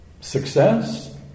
success